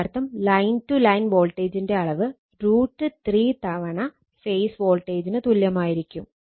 അതിനർത്ഥം line to line വോൾട്ടേജിന്റെ അളവ് √3 തവണ ഫേസ് വോൾട്ടേജിന് തുല്യമായിരിക്കും